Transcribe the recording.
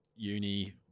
uni